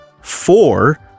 four